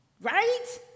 Right